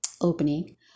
opening